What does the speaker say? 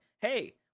hey